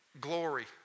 glory